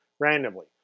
randomly